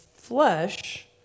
Flesh